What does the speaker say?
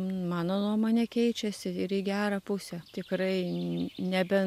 mano nuomone keičiasi ir į gerą pusę tikrai nebe